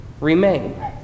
remain